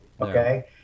okay